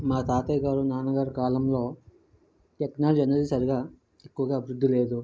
మా తాతయ్యా గారు నాన్న గారు కాలంలో టెక్నాలజీ అనేది సరిగా ఎక్కువగా అభివృద్ధి లేదు